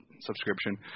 subscription